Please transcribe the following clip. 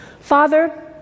Father